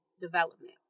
development